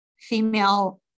female